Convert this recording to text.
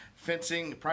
fencing